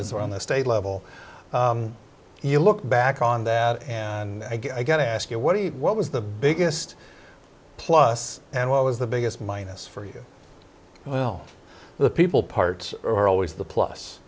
as on the state level you look back on that and i got to ask you what do you what was the biggest plus and what was the biggest minus for you well the people parts are always the plus